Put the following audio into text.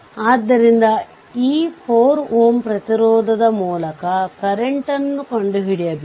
ಆದ್ದರಿಂದ ಈ ಲೂಪ್ನಲ್ಲಿ KVL ಅನ್ನು ಅನ್ವಯಿಸಬೇಕು